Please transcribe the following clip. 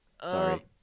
Sorry